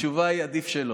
התשובה היא: עדיף שלא.